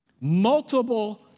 multiple